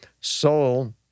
soul